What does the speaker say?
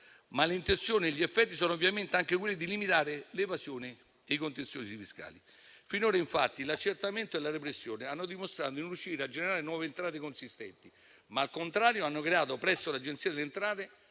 ma l'intenzione e gli effetti sono ovviamente anche quelli di limitare l'evasione e i contenziosi fiscali. Finora infatti l'accertamento e la repressione hanno dimostrato di non riuscire a generare nuove entrate consistenti, ma al contrario hanno creato presso l'Agenzia delle entrate